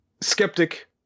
skeptic